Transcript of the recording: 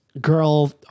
girl